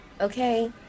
Okay